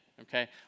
okay